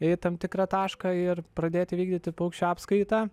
į tam tikrą tašką ir pradėti vykdyti paukščių apskaitą